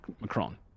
Macron